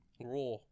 Raw